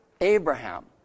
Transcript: Abraham